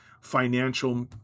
financial